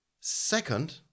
second